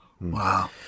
Wow